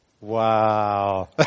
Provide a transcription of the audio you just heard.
wow